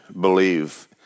believe